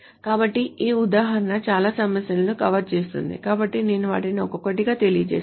కాబట్టి ఈ ఉదాహరణ చాలా సమస్యలను కవర్ చేస్తుంది కాబట్టి నేను వాటిని ఒక్కొక్కటిగా తెలియజేస్తాను